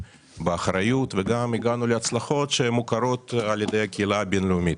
באחריות וגם הגענו להצלחות שמוכרות על ידי הקהילה הבין-לאומית.